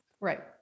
Right